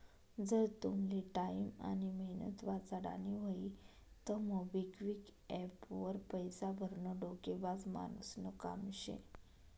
जर तुमले टाईम आनी मेहनत वाचाडानी व्हयी तं मोबिक्विक एप्प वर पैसा भरनं डोकेबाज मानुसनं काम शे